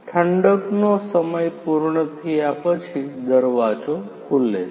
ઠંડકનો સમય પૂર્ણ થયા પછી દરવાજો ખુલે છે